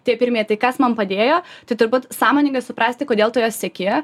tie pirmieji tai kas man padėjo tai turbūt sąmoningai suprasti kodėl tu jo sieki